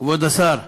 כבוד השר,